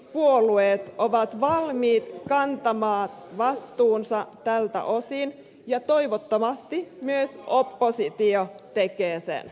hallituspuolueet ovat valmiit kantamaan vastuunsa tältä osin ja toivottavasti myös oppositio tekee sen